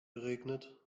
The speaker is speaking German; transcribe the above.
geregnet